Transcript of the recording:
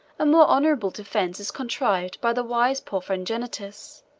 a more honorable defence is contrived by the wise porphyrogenitus.